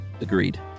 Agreed